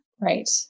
Right